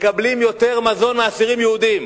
מקבלים יותר מזון מאסירים יהודים.